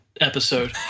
episode